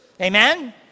Amen